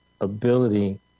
ability